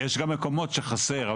יש גם מקומות שחסר,